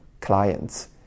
clients